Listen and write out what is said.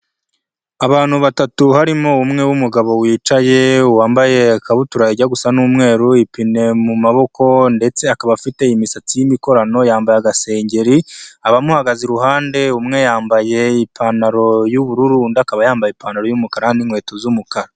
Abantu batatu harimo umwe w'umugabo wicaye, wambaye ikabutura ijya gusa n'umweru, ipine mu maboko ndetse akaba afite imisatsi y'imikorano, yambaye agasengeri abamuhagaze iruhande, umwe yambaye ipantaro y'ubururu, undi akaba yambaye ipantaro y'umukara n'inkweto z'umukara.